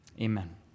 Amen